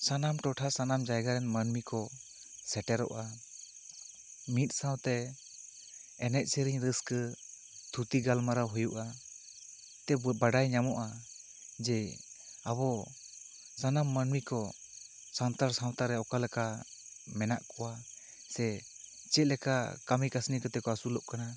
ᱥᱟᱱᱟᱢ ᱴᱚᱴᱷᱟ ᱥᱟᱱᱟᱢ ᱡᱟᱭᱜᱟ ᱨᱮᱱ ᱢᱟᱹᱱᱢᱤ ᱠᱚᱥᱮᱴᱮᱨᱚᱜᱼᱟ ᱢᱤᱫ ᱥᱟᱶᱛᱮ ᱮᱱᱮᱡ ᱥᱮᱨᱮᱧ ᱨᱟᱹᱥᱠᱟᱹ ᱛᱷᱩᱛᱤ ᱜᱟᱞᱢᱟᱨᱟᱣ ᱦᱩᱭᱩᱜᱼᱟ ᱛᱮ ᱵᱟᱰᱟᱭ ᱧᱟᱢᱚᱜᱼᱟ ᱡᱮ ᱟᱵᱚ ᱥᱟᱱᱟᱢ ᱢᱟᱹᱱᱢᱤ ᱠᱚ ᱥᱟᱱᱛᱟᱲ ᱥᱟᱶᱛᱟ ᱨᱮ ᱚᱠᱟ ᱞᱮᱠᱟ ᱢᱮᱱᱟᱜ ᱠᱚᱣᱟ ᱥᱮ ᱪᱮᱫ ᱞᱮᱠᱟ ᱠᱟᱹᱢᱤ ᱠᱟᱹᱥᱱᱤ ᱠᱟᱛᱮ ᱠᱚ ᱟᱹᱥᱩᱞᱚᱜ ᱠᱟᱱᱟ